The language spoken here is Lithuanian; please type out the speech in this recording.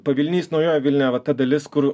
pavilnys naujoji vilnia va ta dalis kur